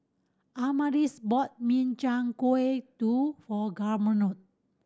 Amaris bought Min Chiang Kueh to